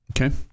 Okay